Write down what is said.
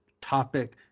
topic